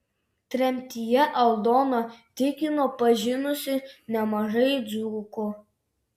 tremtyje aldona tikino pažinusi nemažai dzūkų